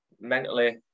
Mentally